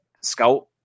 scout